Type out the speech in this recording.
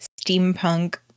steampunk